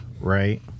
right